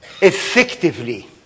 effectively